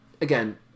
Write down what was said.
Again